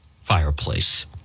fireplace